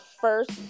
first